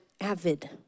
avid